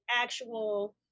actual